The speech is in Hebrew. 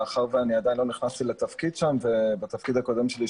מאחר שאני עדיין לא נכנסתי לתפקיד ובתפקיד הקודם שלי,